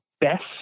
best